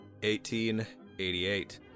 1888